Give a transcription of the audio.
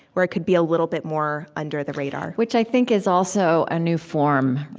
where it could be a little bit more under-the-radar which i think is also a new form.